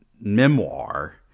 memoir